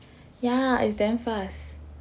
ya it's damn fast